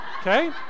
okay